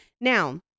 Now